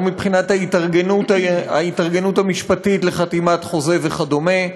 לא מבחינת ההתארגנות המשפטית לחתימת חוזה וכדומה,